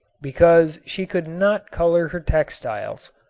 because she could not color her textiles.